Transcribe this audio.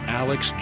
alex